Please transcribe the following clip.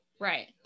Right